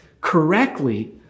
correctly